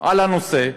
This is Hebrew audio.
על הנושא,